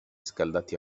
scaldati